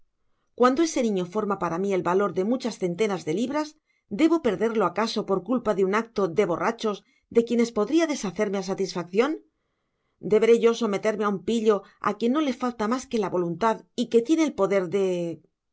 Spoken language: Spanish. cuando ese niño forma para mi el valor de muchas centenas de libras debo perderlo acaso por culpa de un acto de borrachos de quienes podría deshacerme á satisfaccion deberé yo someterme á un pillo á quien no le falta mas que la voluntad y que tiene el poder de